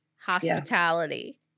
hospitality